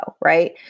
right